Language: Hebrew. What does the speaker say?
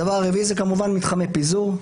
הדבר הרביעי זה כמובן מתחמי פיזור.